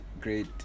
great